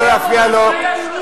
מעוות את הדברים שלי.